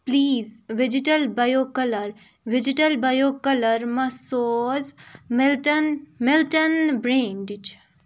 please digital blue colour digital blue colour مَہ سوز Milton Milton برٛینڈِچ